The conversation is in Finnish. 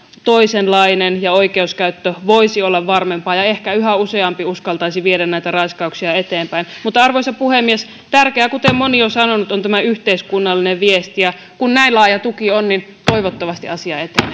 toisenlaisia ja oikeudenkäyttö voisi olla varmempaa ja ehkä yhä useampi uskaltaisi viedä näitä raiskauksia eteenpäin arvoisa puhemies tärkeää kuten moni on sanonut on tämä yhteiskunnallinen viesti ja kun näin laaja tuki on niin toivottavasti asia etenee